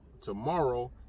Tomorrow